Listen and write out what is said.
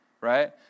right